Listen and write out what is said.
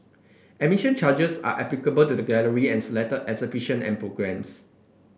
admission charges are applicable to the gallery and selected exhibition and programmes